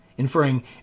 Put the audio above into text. inferring